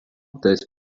tais